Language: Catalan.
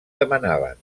demanaven